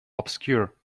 obscure